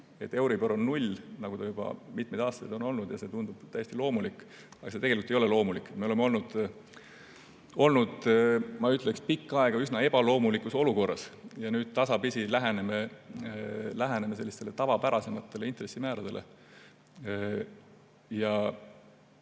euribor on null, nagu ta juba mitmeid aastaid on olnud, ja see tundub täiesti loomulik. Aga tegelikult see ei ole loomulik. Me oleme olnud, ma ütleksin, pikka aega üsna ebaloomulikus olukorras ja nüüd tasapisi läheneme sellisele tavapärasemale intressimäärale.